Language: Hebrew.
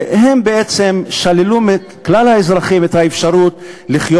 והם בעצם שללו מכלל האזרחים את האפשרות לחיות